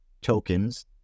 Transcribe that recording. tokens